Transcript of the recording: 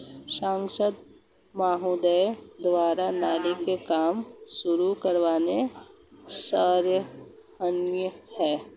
सांसद महोदय द्वारा नाली का काम शुरू करवाना सराहनीय है